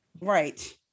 Right